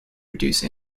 reduce